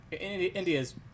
India's